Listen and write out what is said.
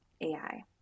AI